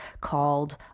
called